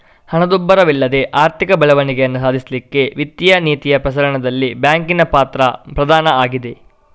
ಹಣದುಬ್ಬರವಿಲ್ಲದೆ ಆರ್ಥಿಕ ಬೆಳವಣಿಗೆಯನ್ನ ಸಾಧಿಸ್ಲಿಕ್ಕೆ ವಿತ್ತೀಯ ನೀತಿಯ ಪ್ರಸರಣದಲ್ಲಿ ಬ್ಯಾಂಕಿನ ಪಾತ್ರ ಪ್ರಧಾನ ಆಗಿದೆ